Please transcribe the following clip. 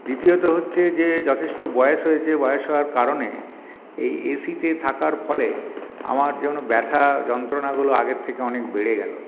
দ্বিতীয়ত হচ্ছে যে যথেষ্ট বয়স হয়েছে বয়স হওয়ার কারণে এই এসিতে থাকার ফলে আমার যেন ব্যথা যন্ত্রণাগুলো আগের থেকে অনেক বেড়ে গেল